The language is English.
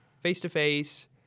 face-to-face